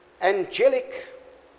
angelic